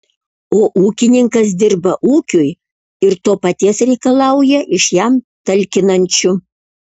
o ūkininkas dirba ūkiui ir to paties reikalauja iš jam talkinančių